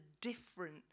different